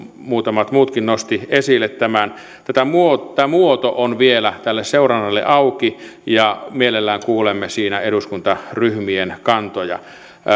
muutamat muutkin nostivat esille tämän muoto muoto on vielä tälle seurannalle auki ja mielellämme kuulemme siinä eduskuntaryhmien kantoja